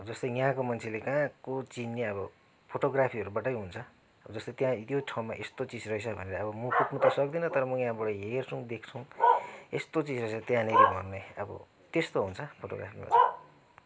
जस्तै यहाँको मान्छेले कहाँको चिन्ने अब फोटोग्राफीहरूबाटै हुन्छ अब जस्तै त्यहाँ त्यो ठाउँमा यस्तो चिज रहेछ भनेर अब म पुग्नु त सक्दिनँ तर म यहाँबाट हेर्छौं देख्छौँ यस्तो चिजहरू रहेछ त्यहाँनिर भन्ने अब त्यस्तो हुन्छ फोटोग्राफीमा चाहिँ